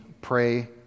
pray